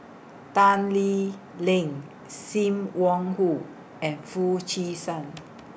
Tan Lee Leng SIM Wong Hoo and Foo Chee San